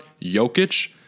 Jokic